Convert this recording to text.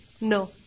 No